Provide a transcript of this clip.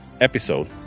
episode